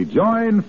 join